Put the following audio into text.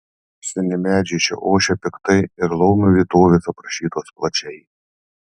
seni medžiai čia ošia piktai ir laumių vietovės aprašytos plačiai